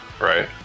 right